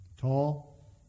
tall